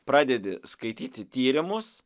pradedi skaityti tyrimus